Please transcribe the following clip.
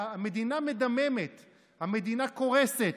במקום לשים אותם על הפרצוף.